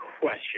question